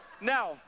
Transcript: now